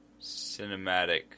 cinematic